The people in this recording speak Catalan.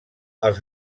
els